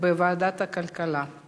לוועדת הכלכלה נתקבלה.